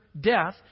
death